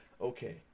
okay